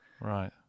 Right